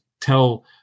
tell